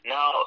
Now